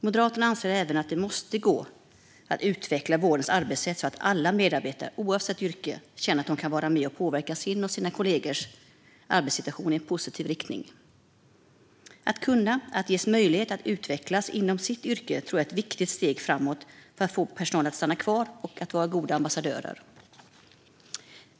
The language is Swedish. Moderaterna anser även att det måste gå att utveckla vårdens arbetssätt så att alla medarbetare, oavsett yrke, känner att de kan vara med och påverka sin och sina kollegors arbetssituation i positiv riktning. Att få möjlighet att utvecklas inom sitt yrke tror jag är ett viktigt steg framåt för att få personal att stanna kvar och vara goda ambassadörer.